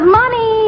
money